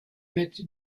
met